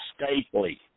Stapley